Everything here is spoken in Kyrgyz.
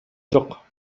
жок